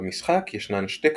במשחק ישנן שתי קבוצות,